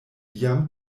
jam